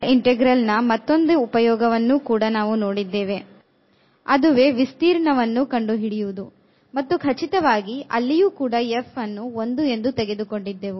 double integral ನ ಮತ್ತೊಂದು ಉಪಯೋಗವನ್ನು ಕೂಡ ನಾವು ನೋಡಿದೆವು ಅದುವೇ ವಿಸ್ತೀರ್ಣವನ್ನು ಕಂಡುಹಿಡಿಯುವುದು ಮತ್ತು ಖಚಿತವಾಗಿ ಅಲ್ಲಿಯೂ ಕೂಡ f ಅನ್ನು 1 ಎಂದು ತೆಗೆದುಕೊಂಡಿದ್ದೆವು